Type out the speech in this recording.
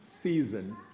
season